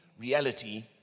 reality